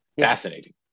fascinating